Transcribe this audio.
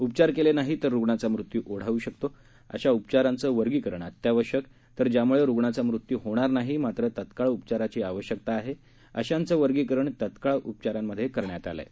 उपचार केले नाही तर रुग्णाचा मृत्यू ओढावू शकतो अशा उपचारांचे वर्गीकरण अत्यावश्यक तर ज्यामुळे रुग्णाचा मृत्यू होणार नाही मात्र तत्काळ उपचाराची आवश्यकता आहे अशांचे वर्गीकरण तत्काळ उपचारांमध्ये करण्यात आले आहे